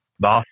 Boss